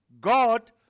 God